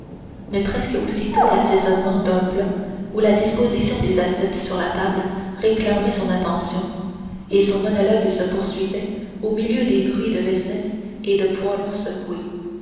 mais presque aussitôt l'assaisonnement d'un plat ou la disposition des assiettes sur la table réclamaient son attention et son monologue se poursuivait au milieu des bruits de vaisselle et de poêlons secoués